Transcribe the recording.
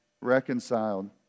reconciled